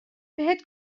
بهت